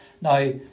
Now